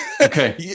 Okay